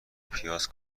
پیاز